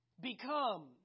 become